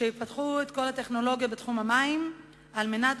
שיפתחו את כל הטכנולוגיה בתחום המים על מנת